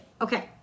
Okay